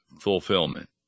fulfillment